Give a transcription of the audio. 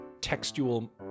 textual